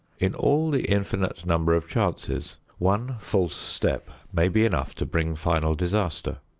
in all the infinite number of chances one false step may be enough to bring final disaster.